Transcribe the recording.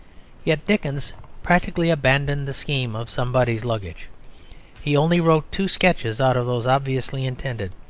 yet dickens practically abandoned the scheme of somebody's luggage he only wrote two sketches out of those obviously intended.